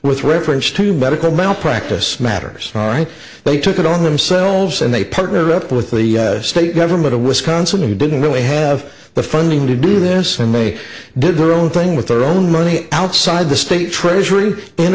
with reference to medical malpractise matters all right they took it on themselves and they partnered up with the state government of wisconsin who didn't really have the funding to do this and they did room playing with their own money outside the state treasury in